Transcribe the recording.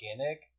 organic